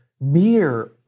Mere